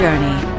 Journey